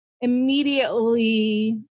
immediately